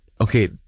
okay